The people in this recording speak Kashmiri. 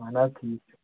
اَہَن حظ ٹھیٖک چھُ